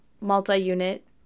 multi-unit